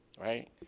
right